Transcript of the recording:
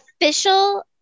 official